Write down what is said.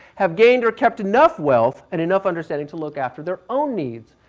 have gained or kept enough wealth and enough understanding to look after their own needs.